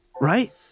Right